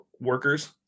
workers